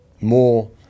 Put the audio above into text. more